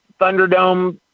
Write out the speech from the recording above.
Thunderdome